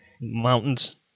Mountains